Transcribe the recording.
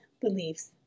beliefs